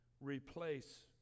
replace